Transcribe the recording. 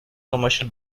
commercial